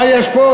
מה יש פה?